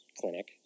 clinic